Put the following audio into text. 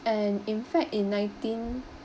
and in fact in nineteen